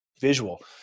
visual